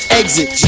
exit